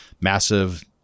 massive